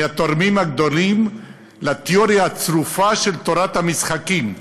מהתורמים הגדולים לתיאוריה הצרופה של תורת המשחקים.